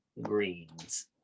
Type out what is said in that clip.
greens